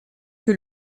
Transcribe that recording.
que